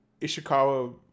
Ishikawa